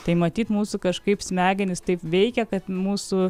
tai matyt mūsų kažkaip smegenis taip veikia kad mūsų